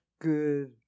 good